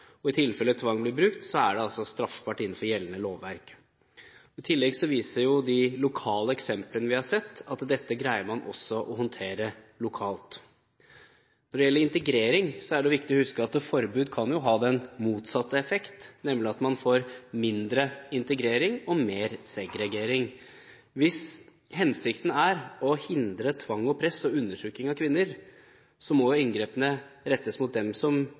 og i tilfelle tvang blir brukt, er det altså straffbart innenfor gjeldende lovverk. I tillegg viser de lokale eksemplene vi har sett, at dette greier man også å håndtere lokalt. Når det gjelder integrering, er det viktig å huske at forbud kan ha den motsatte effekt, nemlig at man får mindre integrering og mer segregering. Hvis hensikten er å hindre tvang og press og undertrykking av kvinner, må inngrepene rettes mot dem som